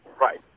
Right